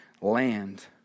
land